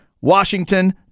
Washington